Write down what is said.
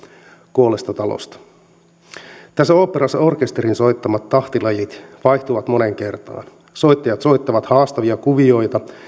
kuolleesta talosta tässä oopperassa orkesterin soittamat tahtilajit vaihtuvat moneen kertaan soittajat soittavat haastavia kuvioita